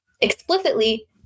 explicitly